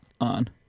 On